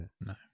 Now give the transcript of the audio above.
No